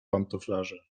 pantoflarze